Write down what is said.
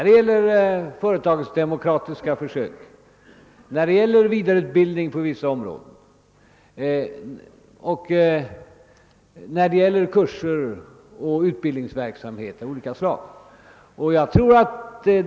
Det gäller företagsdemokratiska försök, det gäller vidareutbildning på vissa områden och det gäller kurser och utbildningsverksamhet av olika slag.